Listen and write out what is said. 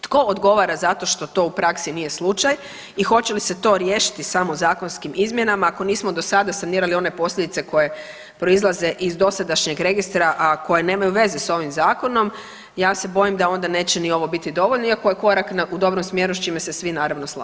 Tko odgovara za to što to u praksi nije slučaj i hoće li se to riješiti samo zakonskim izmjenama ako nismo dosada sanirali one posljedice koje proizlaze iz dosadašnjeg registra, a koje nemaju veze s ovim zakonom ja se bojim da onda neće ni ovo biti dovoljno iako je korak u dobrom smjeru s čime se svi naravno